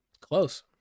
close